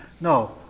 no